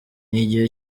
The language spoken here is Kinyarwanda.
igihe